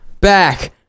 back